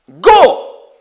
go